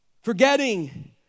Forgetting